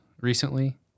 recently